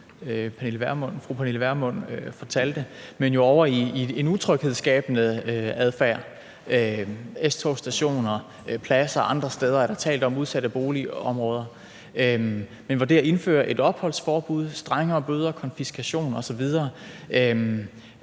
fru Pernille Vermund fortalte. Vi er ovre i en utryghedsskabende adfærd på S-togsstationer og på pladser, og andre steder er der talt om udsatte boligområder. I forhold til at indføre opholdsforbud, strengere bøder, konfiskeringer osv.